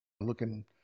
looking